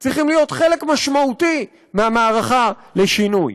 צריכים להיות חלק משמעותי מהמערכה לשינוי.